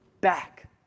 back